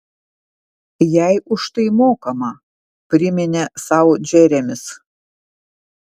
jai už tai mokama priminė sau džeremis